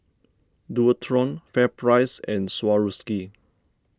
Dualtron FairPrice and Swarovski